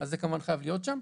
וזה כמובן חייב להיות שם.